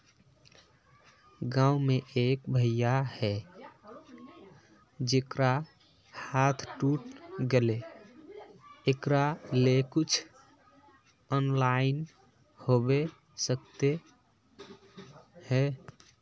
गाँव में एक भैया है जेकरा हाथ टूट गले एकरा ले कुछ ऑनलाइन होबे सकते है?